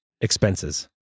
Expenses